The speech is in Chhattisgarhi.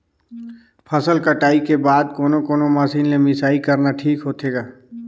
फसल कटाई के बाद कोने कोने मशीन ले मिसाई करना ठीक होथे ग?